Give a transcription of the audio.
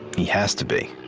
he has to be.